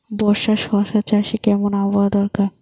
বর্ষার শশা চাষে কেমন আবহাওয়া দরকার?